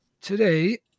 today